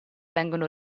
vengono